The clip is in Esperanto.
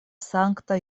sankta